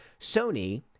Sony